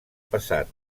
passat